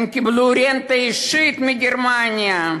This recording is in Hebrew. הם קיבלו רנטה אישית מגרמניה,